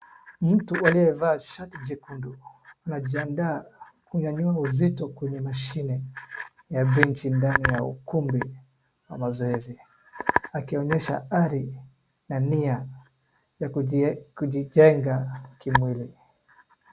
Mtu aliyevaa shati jekundu anajiandaa kunyanyua uzito kwenye mashine ya benchi ndani ya ukumbi wa mazoezi. Akionyesha hari na nia ya kujijenga kimwili.